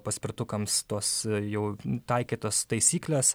paspirtukams tos jau taikytos taisyklės